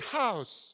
house